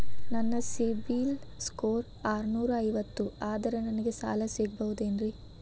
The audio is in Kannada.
ನನ್ನ ಸಿಬಿಲ್ ಸ್ಕೋರ್ ಆರನೂರ ಐವತ್ತು ಅದರೇ ನನಗೆ ಸಾಲ ಸಿಗಬಹುದೇನ್ರಿ?